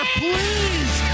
please